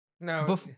No